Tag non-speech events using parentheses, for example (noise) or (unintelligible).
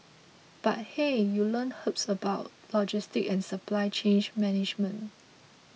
but hey you learn (unintelligible) about logistics and supply chain management